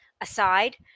aside